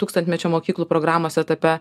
tūkstantmečio mokyklų programos etape